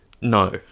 No